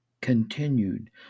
continued